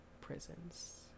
prisons